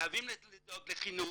חייבים לדאוג לחינוך,